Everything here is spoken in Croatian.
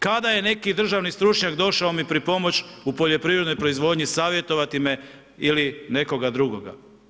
Kada je neki državni stručnjak došao mi pripomoći u poljoprivrednoj proizvodnji, savjetovati me ili nekoga drugoga?